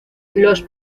los